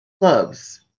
clubs